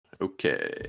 Okay